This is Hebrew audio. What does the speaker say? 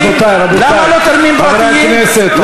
רבותי, רבותי, חברי הכנסת.